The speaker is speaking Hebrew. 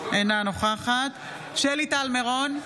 אינה נוכחת שלי טל מירון,